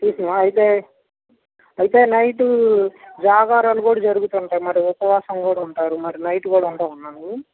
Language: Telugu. చూసినవా అయితే అయితే నైటు జాగారాలు కూడా జరుగుతుంటాయి మరి ఉపవాసం కూడా ఉంటారు మరి నైట్ కూడా ఉంటావా అన్నాను నువ్వు